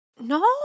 No